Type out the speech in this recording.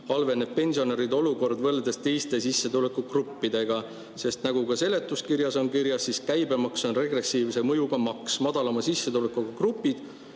halveneb pensionäride olukord võrreldes teiste sissetulekusaajate gruppidega, sest nagu seletuskirjas on kirjas, on käibemaks regressiivse mõjuga maks: madalama sissetulekuga grupid